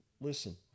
Listen